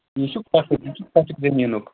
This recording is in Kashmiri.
یہِ چھُ خۄشُک یہِ چھُ خۄشُک زٔمیٖنُک